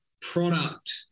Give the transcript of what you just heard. product